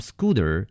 Scooter